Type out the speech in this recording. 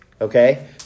okay